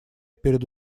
перед